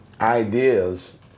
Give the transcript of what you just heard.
ideas